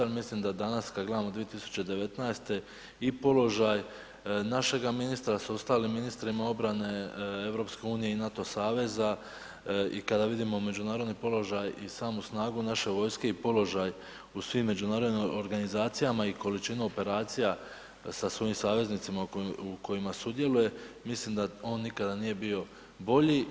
Jel mislim da danas kada gledamo 2019. i položaj našega ministra sa ostalim ministrima obrane EU i NATO saveza i kada vidimo međunarodni položaj i samu snagu naše vojske i položaj u svim međunarodnim organizacijama i količinu operacija sa svojim saveznicima u kojima sudjeluje, mislim da on nikada nije bio bolji.